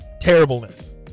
terribleness